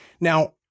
Now